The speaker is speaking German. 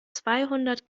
zweihundert